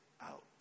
out